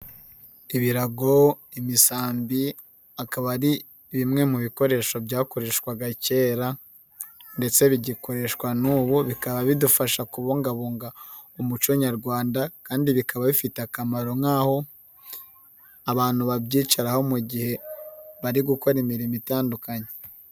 Ibirago, imisambi akaba ari bimwe mu bikoresho byakoreshwaga kera ndetse bigikoreshwa n'ubu, bikaba bidufasha kubungabunga umuco nyarwanda kandi bikaba bifite akamaro nk'aho abantu babyicaraho mu gihe bari gukora imirimo itandukanye.